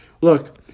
Look